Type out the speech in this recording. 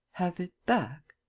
have it back?